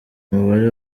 umubare